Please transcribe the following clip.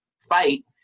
fight